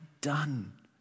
done